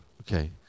okay